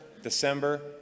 December